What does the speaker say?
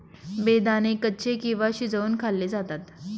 बेदाणे कच्चे किंवा शिजवुन खाल्ले जातात